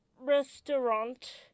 restaurant